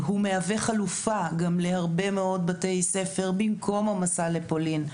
הוא מהווה חלופה גם להרבה מאוד בתי ספר במקום המסע לפולין.